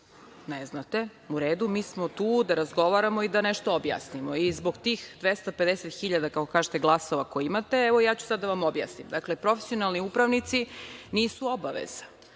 ne znate. U redu, mi smo tu da razgovaramo i da nešto objasnimo. I zbog tih 250 hiljada glasova koje imate, ja ću sada da vam objasnim. Dakle, profesionalni upravnici nisu obaveza.